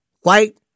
white